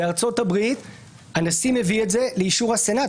בארצות-הברית הנשיא מביא את זה לאישור הסנאט,